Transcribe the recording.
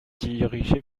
dirigé